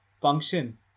function